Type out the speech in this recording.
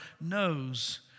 knows